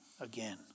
again